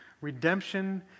redemption